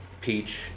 peach